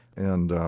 and